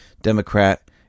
Democrat